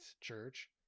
church